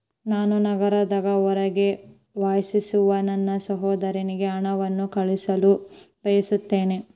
ನಾನು ನಗರದ ಹೊರಗೆ ವಾಸಿಸುವ ನನ್ನ ಸಹೋದರನಿಗೆ ಹಣವನ್ನು ಕಳುಹಿಸಲು ಬಯಸುತ್ತೇನೆ